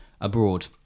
abroad